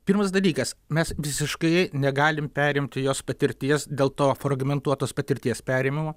pirmas dalykas mes visiškai negalim perimti jos patirties dėl to fragmentuotos patirties perėmimo